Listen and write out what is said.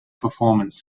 performance